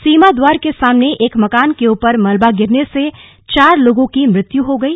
सीमाद्वार के सामने एक मकान के ऊपर मलबा गिरने से चार लोगों की मृत्यु हो गई